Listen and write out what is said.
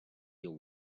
your